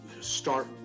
start